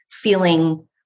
feeling